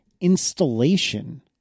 installation